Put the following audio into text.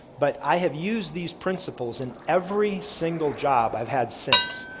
but i have used these principles in every single job i've had since.